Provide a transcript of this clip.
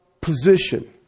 Position